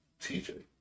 TJ